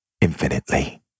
infinitely